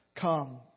come